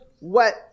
wet